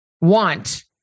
want